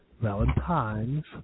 Valentine's